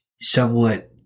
somewhat